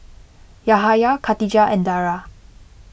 Yahaya Katijah and Dara